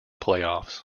playoffs